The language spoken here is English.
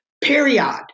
Period